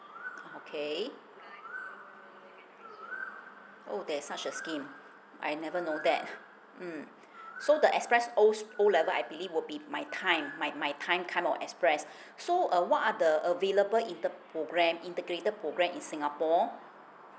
okay oh there is such a scheme I never know that mm so the express O O level I believe would be my kind my my kind kind of express so uh what are the available inte~ program integrated program in singapore